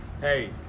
Hey